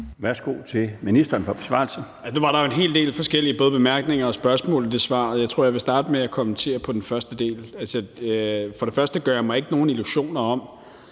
Justitsministeren (Peter Hummelgaard): Nu var der jo en hel del forskellige både bemærkninger og spørgsmål i den korte bemærkning. Jeg tror, jeg vil starte med at kommentere på den første del. Først og fremmest gør jeg mig ikke nogen illusioner om,